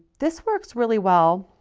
this works really well.